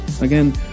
Again